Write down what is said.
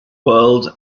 world